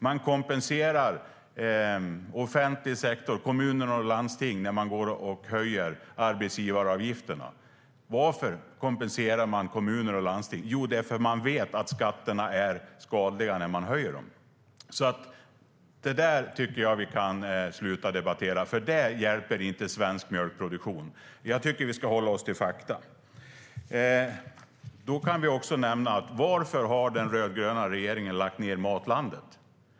Man kompenserar offentlig sektor, kommuner och landsting, när man höjer arbetsgivaravgifterna. Varför kompenserar man kommuner och landsting? Jo, det är för att man vet att skatterna är skadliga när man höjer dem. Detta tycker jag att vi kan sluta debattera, för det hjälper inte svensk mjölkproduktion. Jag tycker att vi ska hålla oss till fakta. Varför har den rödgröna regeringen lagt ned Matlandet?